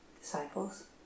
disciples